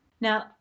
Now